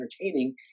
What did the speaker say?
entertaining